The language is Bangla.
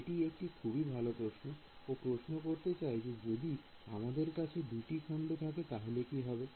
এটি একটি খুবই ভালো প্রশ্ন ও প্রশ্ন করতে চায় যে যোদি আমাদের কাছে দুটি খন্ড থাকে তাহলে কি হবে